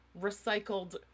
recycled